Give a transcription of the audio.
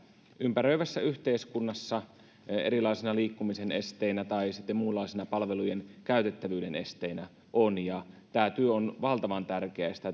ympäröivässä yhteiskunnassa on erilaisina liikkumisen esteinä tai sitten muunlaisina palvelujen käytettävyyden esteinä tämä työ on valtavan tärkeää ja sitä